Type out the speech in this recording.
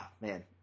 man